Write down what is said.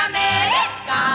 America